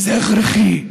וזה הכרחי.